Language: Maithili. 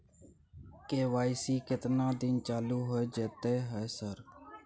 के.वाई.सी केतना दिन चालू होय जेतै है सर?